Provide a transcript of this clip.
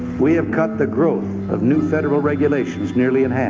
we have cut the growth of new federal regulations nearly in half.